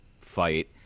fight